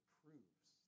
proves